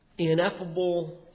Ineffable